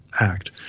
act